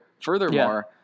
Furthermore